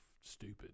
stupid